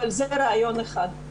אבל זה רעיון אחד.